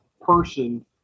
person